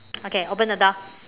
okay open the door